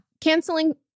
canceling